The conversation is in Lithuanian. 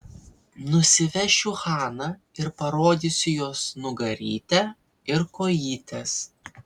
nusivešiu haną ir parodysiu jos nugarytę ir kojytes